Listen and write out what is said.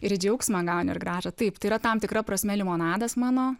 ir džiaugsmą gauni ir grąža taip tai yra tam tikra prasme limonadas mano